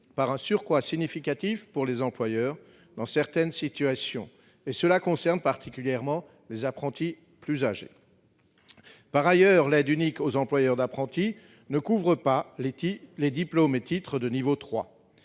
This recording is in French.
par un surcroît significatif pour les employeurs dans certaines situations ; cela concerne particulièrement les apprentis plus âgés. Par ailleurs, l'aide unique aux employeurs d'apprentis ne couvre pas les diplômes et titres de niveau